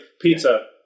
pizza